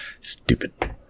Stupid